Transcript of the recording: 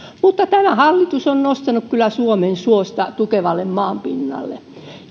mutta tämä hallitus on nostanut kyllä suomen suosta tukevalle maanpinnalle